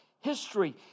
history